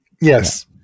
Yes